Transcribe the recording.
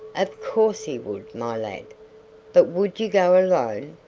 of course he would, my lad but would you go alone?